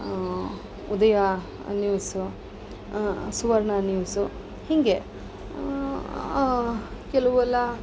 ಉದಯ news Suvarna news ಹೀಗೆ ಕೆಲವು ಎಲ್ಲ